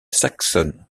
saxonne